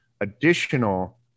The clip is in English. additional